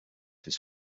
his